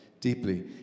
deeply